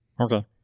Okay